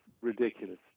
ridiculous